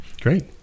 great